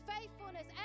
faithfulness